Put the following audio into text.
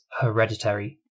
hereditary